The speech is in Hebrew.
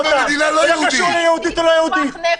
מה זה קשור ליהודית או לא יהודית?